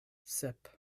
sep